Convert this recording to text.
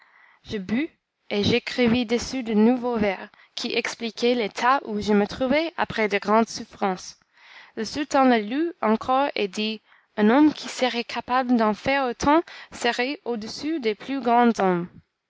je bus et j'écrivis dessus de nouveaux vers qui expliquaient l'état où je me trouvais après de grandes souffrances le sultan les lut encore et dit un homme qui serait capable d'en faire autant serait au-dessus des plus grands hommes